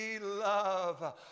love